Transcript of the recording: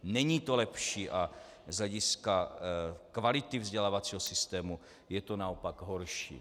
Není to lepší a z hlediska kvality vzdělávacího systému je to naopak horší.